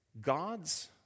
God's